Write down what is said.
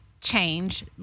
change